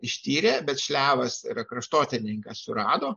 ištyrė bet šliavas yra kraštotyrininkas surado